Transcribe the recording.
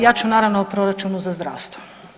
Ja ću naravno o proračunu za zdravstvo.